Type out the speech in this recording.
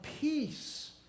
peace